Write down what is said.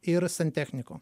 ir santechniko